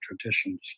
traditions